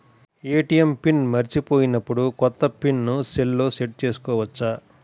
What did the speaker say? ATM pin మరచిపోయినప్పుడు, కొత్త pin సెల్లో సెట్ చేసుకోవచ్చా?